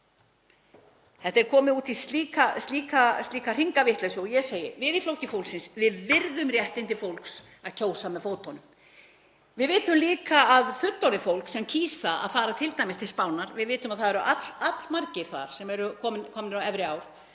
Þetta er komið út í slíka hringavitleysu og ég segi: Við í Flokki fólksins virðum réttindi fólks til að kjósa með fótunum. Við vitum líka að fullorðið fólk sem kýs að fara t.d. til Spánar, við vitum að það eru allmargir þar sem eru komnir á efri ár